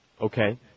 Okay